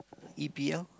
E_P_L